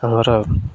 ଆମର